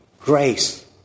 grace